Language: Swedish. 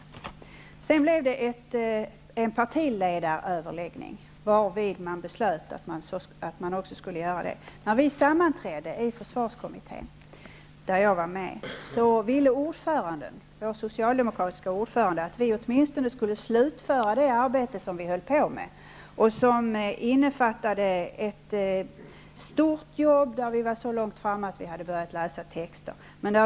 Därefter blev det en partiledaröverläggning, varvid man beslöt att kommittén skulle läggas ned. Den socialdemokratiske ordföranden i försvarskommittén, som jag var med i, ville att kommittén åtminstone skulle slutföra det arbete som pågick. Vi var så långt fram i arbetet att vi hade börjat läsa texter.